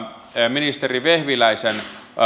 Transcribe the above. ministeri vehviläisen